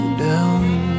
down